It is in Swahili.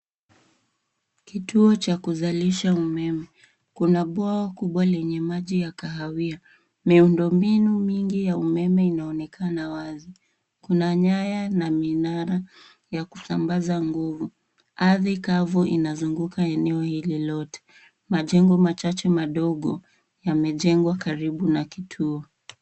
Kituo cha kuzalisha umeme. Kuna bwawa kubwa lenye rangi ya kahawia. Miundombinu mingi ya umeme inaonekana wa zi. Kuna nyaya na minara ya kusambaza nguvu. Ardhi kavu inazunguka eneo hili lote. Majengo machache madogo yamejengwa karibu na kituo.